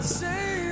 say